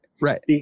right